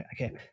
okay